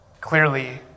Clearly